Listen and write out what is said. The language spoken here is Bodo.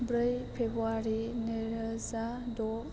ब्रै फेब्रुवारि नैरोजा द